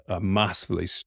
massively